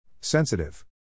Sensitive